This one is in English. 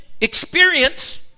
experience